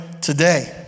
today